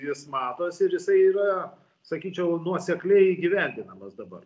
jis matos ir jisai yra sakyčiau nuosekliai įgyvendinamas dabar